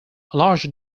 larger